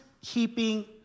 keeping